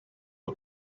who